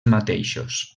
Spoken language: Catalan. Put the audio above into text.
mateixos